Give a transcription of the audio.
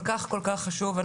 הדיון הוא כל כך חשוב.